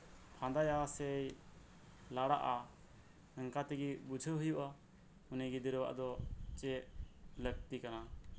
ᱯᱷᱟᱸᱫᱟᱭᱟᱭ ᱥᱮᱭ ᱞᱟᱲᱟᱜᱼᱟ ᱚᱱᱠᱟ ᱛᱮᱜᱮ ᱵᱩᱡᱷᱟᱹᱣ ᱦᱩᱭᱩᱜᱼᱟ ᱩᱱᱤ ᱜᱤᱫᱽᱨᱟᱹ ᱟᱜ ᱫᱚ ᱪᱮᱫ ᱞᱟᱹᱠᱛᱤ ᱠᱟᱱᱟ